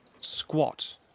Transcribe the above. squat